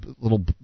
Little